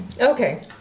Okay